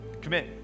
Commit